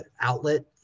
outlet